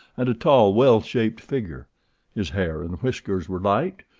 and a tall, well-shaped figure his hair and whiskers were light,